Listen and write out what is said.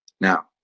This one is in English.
Now